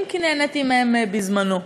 אם כי נהניתי מהן בזמנו.